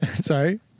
Sorry